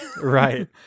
Right